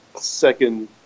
second